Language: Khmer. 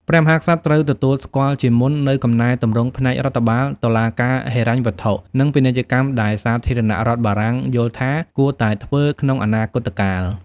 ព្រះមហាក្សត្រត្រូវទទួលស្គាល់ជាមុន នូវកំណែទម្រង់ផ្នែករដ្ឋបាល តុលាការ ហិរញ្ញវត្ថុ និងពាណិជ្ជកម្មដែលសាធារណរដ្ឋបារាំងយល់ថាគួរតែធ្វើក្នុងអនាគតកាល។